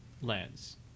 lens